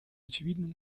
очевидным